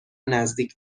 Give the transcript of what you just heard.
نزدیک